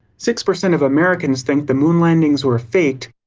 six percent of americans think the moon landings were faked,